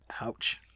Ouch